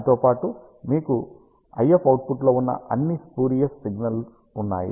దానితో పాటు మీకు IF అవుట్పుట్లో ఉన్న అన్ని స్పూరియస్ సిగ్నల్స్ ఉన్నాయి